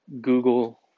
Google